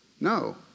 No